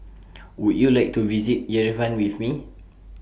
Would YOU like to visit Yerevan with Me